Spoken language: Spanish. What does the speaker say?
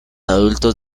adultos